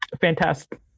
fantastic